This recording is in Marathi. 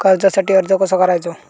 कर्जासाठी अर्ज कसो करायचो?